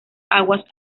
aguas